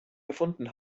gefunden